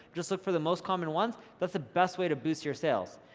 just look for the most common ones. that's the best way to boost your sales.